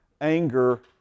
anger